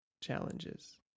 challenges